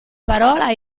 parola